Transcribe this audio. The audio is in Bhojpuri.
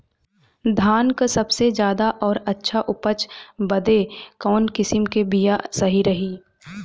धान क सबसे ज्यादा और अच्छा उपज बदे कवन किसीम क बिया सही रही?